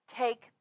take